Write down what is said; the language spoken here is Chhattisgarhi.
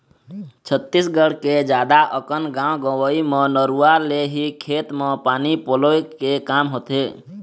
छत्तीसगढ़ के जादा अकन गाँव गंवई म नरूवा ले ही खेत म पानी पलोय के काम होथे